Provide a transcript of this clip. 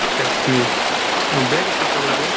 اَچھا ٹھیٖک بیگَس کیٛاہ کَلَر اوس